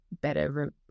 better